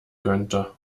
könnte